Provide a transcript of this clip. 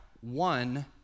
one